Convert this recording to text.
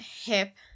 hip